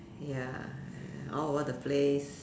ya all over the place